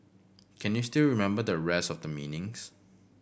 can you still remember the rest of the meanings